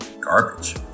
garbage